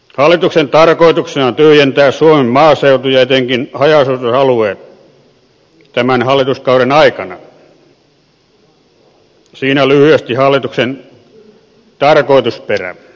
hallituksen tarkoituksena on tyhjentää suomen maaseutu ja etenkin haja asutusalueet tämän hallituskauden aikana siinä lyhyesti hallituksen tarkoitusperät